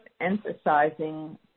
emphasizing